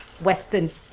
Western